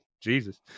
Jesus